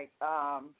right